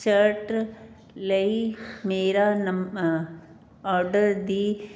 shirt ਲਈ ਮੇਰਾ number order ਦੀ